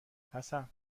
حسن